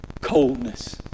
coldness